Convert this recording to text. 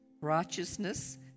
righteousness